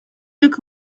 look